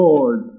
Lord